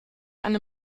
eine